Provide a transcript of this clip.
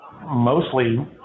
mostly